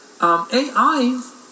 AI